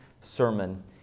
sermon